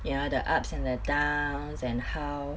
ya the ups and the downs and how